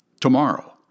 Tomorrow